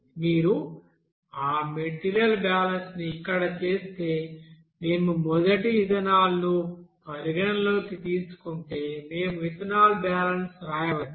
మీరు ఆ మెటీరియల్ బ్యాలెన్స్ని ఇక్కడ చేస్తే మేము మొదట ఇథనాల్ను పరిగణనలోకి తీసుకుంటే మేము ఇథనాల్ బ్యాలెన్స్ రాయవచ్చు